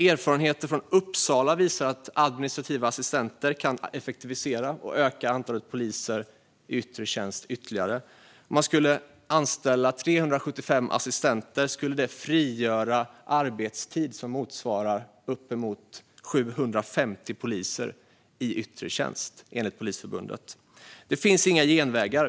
Erfarenheter från Uppsala visar att administrativa assistenter kan effektivisera och öka antalet poliser i yttre tjänst ytterligare. Om man anställde 375 assistenter skulle det frigöra arbetstid motsvarande uppemot 750 poliser i yttre tjänst, enligt Polisförbundet. Det finns inga genvägar.